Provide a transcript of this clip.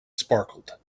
sparkled